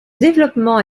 développement